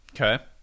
Okay